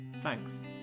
Thanks